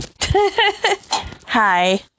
Hi